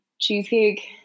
Cheesecake